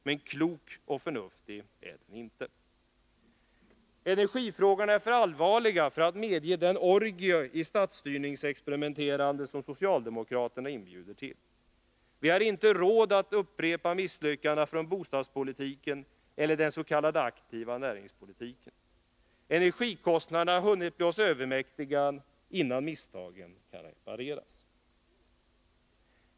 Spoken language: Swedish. Men klok och förnuftig är den inte. Energifrågorna är för allvarliga för att medge den orgie i statsstyrningsexperimenterande som socialdemokraterna inbjuder till. Vi har inte råd att upprepa misslyckandena från bostadspolitiken eller den s.k. aktiva näringspolitiken. Energikostnaderna har hunnit bli oss övermäktiga innan misstagen kan repareras.